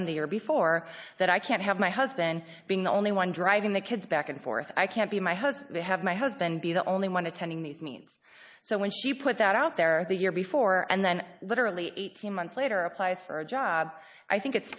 them the year before that i can't have my husband being the only one driving the kids back and forth i can't be my husband have my husband be the only one attending these means so when she put that out there the year before and then literally eighteen months later applies for a job i think it's